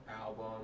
album